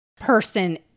person